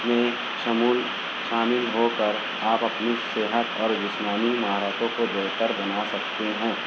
میں شمول شامل ہو کر آپ اپنی صحت اور جسمانی مہارتوں کو بہتر بنا سکتے ہیں